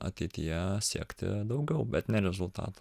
ateityje siekti daugiau bet ne rezultatų